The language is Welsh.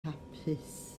hapus